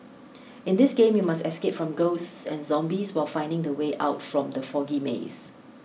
in this game you must escape from ghosts and zombies while finding the way out from the foggy maze